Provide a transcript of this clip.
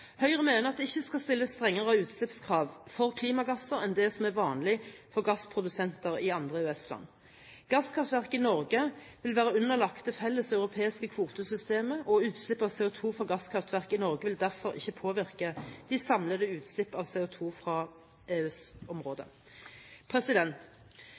Høyre mener at det ikke skal stilles strengere utslippskrav for klimagasser enn det som er vanlig for gassprodusenter i andre EØS-land. Gasskraftverk i Norge vil være underlagt det felles europeiske kvotesystemet. Utslipp av CO2 fra gasskraftverk i Norge vil derfor ikke påvirke de samlede utslipp av CO2 fra